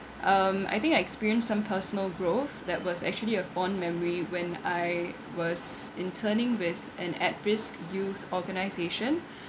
um I think I experience some personal growth that was actually a fond memory when I was interning with an at risk youth organisation